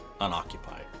unoccupied